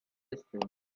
distance